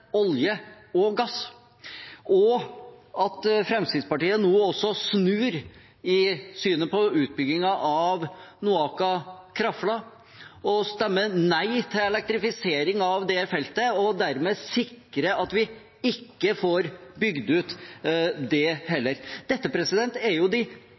olje og gass – og at Fremskrittspartiet nå også snur i synet på utbyggingen av Noaka/Krafla, stemmer nei til elektrifisering av det feltet og dermed sikrer at vi ikke får bygd ut det heller. Dette er jo de